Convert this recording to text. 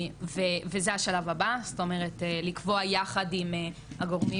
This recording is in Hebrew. וזה השלב הבא, זאת אומרת לקבוע יחד עם הגורמים